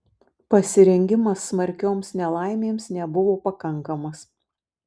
pasirengimas smarkioms nelaimėms nebuvo pakankamas